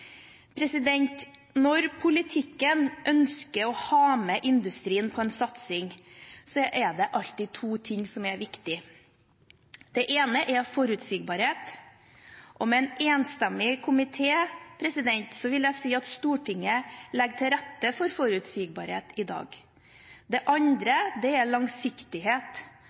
Når politikken ønsker å ha med industrien på en satsing, er det alltid to ting som er viktig: Det ene er forutsigbarhet, og med en enstemmig komité vil jeg si at Stortinget legger til rette for forutsigbarhet i dag. Det andre er langsiktighet.